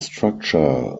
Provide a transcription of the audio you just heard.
structure